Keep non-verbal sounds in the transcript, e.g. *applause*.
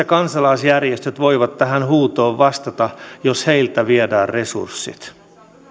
*unintelligible* kansalaisjärjestöt voivat tähän huutoon vastata jos heiltä viedään resurssit